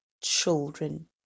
children